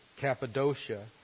Cappadocia